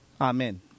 Amen